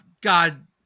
God